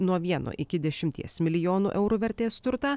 nuo vieno iki dešimties milijonų eurų vertės turtą